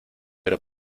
pero